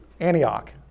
Antioch